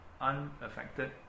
unaffected